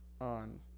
on